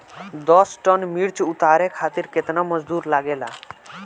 दस टन मिर्च उतारे खातीर केतना मजदुर लागेला?